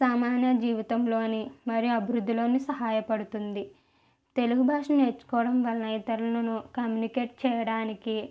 సామాన్య జీవితంలోని మరియు అభివృద్దిలోని సహాయపడుతుంది తెలుగు భాష నేర్చుకోవడం వలన ఇతరులను కమ్యూనికేట్ చేయడానికి